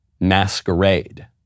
masquerade